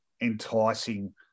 enticing